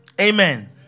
Amen